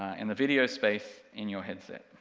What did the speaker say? in the video space in your headset.